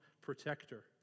protector